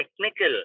technical